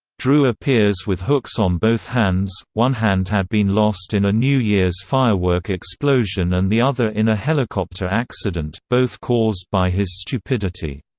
drew appears with hooks on both hands one hand had been lost in a new year's firework explosion and the other in a helicopter accident, both caused by his stupidity.